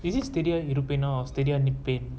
is it stadium european our stadium knee pain